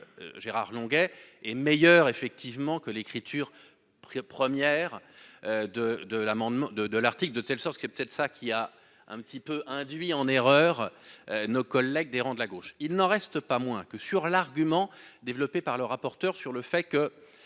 Gérard Longuet et meilleure effectivement que l'écriture. Première. De de l'amendement de l'article de telle sorte qu'il est peut-être ça qui a un petit peu a induit en erreur. Nos collègues des rangs de la gauche, il n'en reste pas moins que sur l'argument développé par le rapporteur sur le fait que.